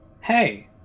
Hey